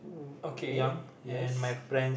okay